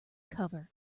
cover